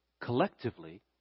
Collectively